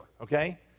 Okay